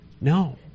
No